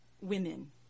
women